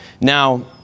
Now